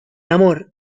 amor